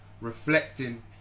reflecting